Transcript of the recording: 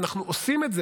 ואנחנו עושים את זה,